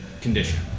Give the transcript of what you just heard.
condition